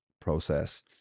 process